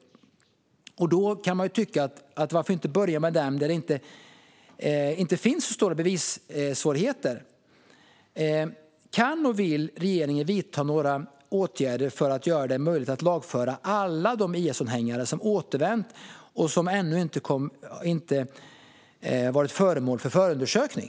Varför då inte börja med de fall där det inte finns så stora bevissvårigheter, kan man ju tycka. Kan och vill regeringen vidta några åtgärder för att göra det möjligt att lagföra alla de IS-anhängare som återvänt och som ännu inte varit föremål för förundersökning?